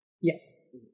Yes